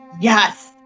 yes